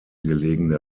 gelegene